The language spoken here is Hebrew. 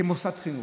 כמוסד חינוך.